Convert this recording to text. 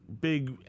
big